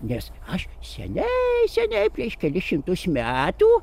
nes aš seniai seniai prieš kelis šimtus metų